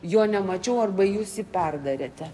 jo nemačiau arba jūs jį perdarėte